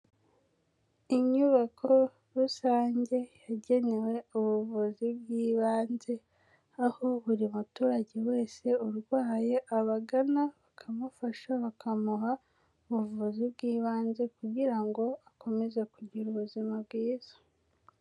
Inyubako rusange yagenewe ubuvuzi bw'ibanze, aho buri muturage wese urwaye abagana bakamufasha bakamuha ubuvuzi bw'ibanze kugira ngo akomeze kugira ubuzima bwiza.